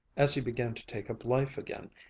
as he began to take up life again,